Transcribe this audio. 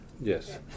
Yes